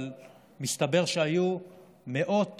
אבל מסתבר שהיו מאות